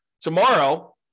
tomorrow